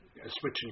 switching